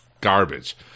garbage